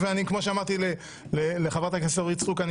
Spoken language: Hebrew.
וכמו שאמרתי לחברת הכנסת אורית סטרוק,